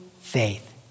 faith